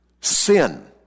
sin